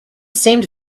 seemed